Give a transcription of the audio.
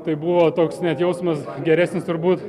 tai buvo toks net jausmas geresnis turbūt